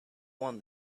won